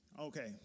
Okay